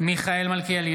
מיכאל מלכיאלי,